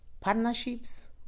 partnerships